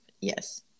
Yes